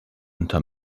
unter